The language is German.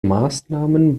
maßnahmen